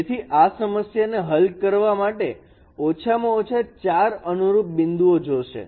તેથી આ સમસ્યાને હલ કરવા માટે ઓછામાં ઓછા 4 અનુરૂપ બિંદુઓ જોશે